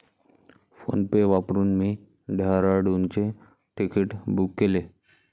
PhonePe वापरून मी डेहराडूनचे तिकीट बुक केले